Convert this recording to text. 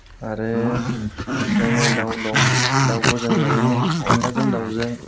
आरो जोंनियाव दाउ दं दाउखौ जों ओरैनो अनलाजों दाउजों